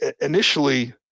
initially